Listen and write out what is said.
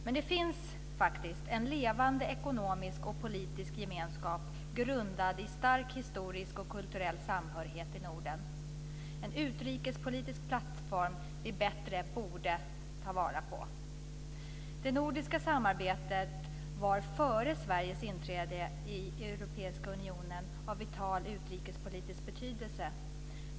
Men det finns en levande ekonomisk och politisk gemenskap, grundad i stark historisk och kulturell samhörighet i Norden - en utrikespolitisk plattform vi bättre borde ta vara på. Det nordiska samarbetet var före Sveriges inträde i den europeiska unionen av vital utrikespolitisk betydelse.